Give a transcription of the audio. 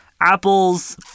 apple's